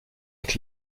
avec